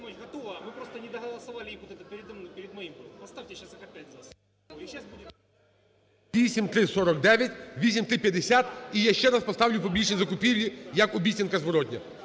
8349, 8350. І я ще раз поставлю публічні закупівлі, як обіцянказворотня,